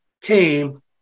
came